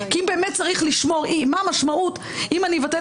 כי אם באמת צריך לשמור מה המשמעות אם אני אבטל